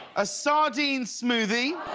a sardemo smoothie.